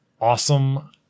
awesome